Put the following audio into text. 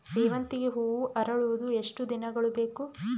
ಸೇವಂತಿಗೆ ಹೂವು ಅರಳುವುದು ಎಷ್ಟು ದಿನಗಳು ಬೇಕು?